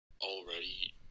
already